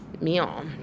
meal